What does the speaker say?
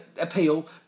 appeal